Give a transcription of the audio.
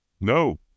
No